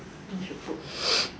I think you should put